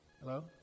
Hello